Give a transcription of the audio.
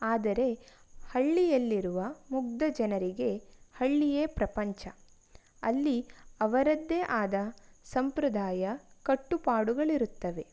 ಆದರೆ ಹಳ್ಳಿಯಲ್ಲಿರುವ ಮುಗ್ಧ ಜನರಿಗೆ ಹಳ್ಳಿಯೇ ಪ್ರಪಂಚ ಅಲ್ಲಿ ಅವರದ್ದೇ ಆದ ಸಂಪ್ರದಾಯ ಕಟ್ಟುಪಾಡುಗಳಿರುತ್ತವೆ